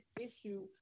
issue